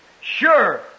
sure